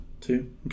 Two